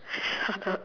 shut up